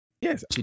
Yes